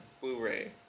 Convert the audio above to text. Blu-ray